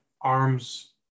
ARM's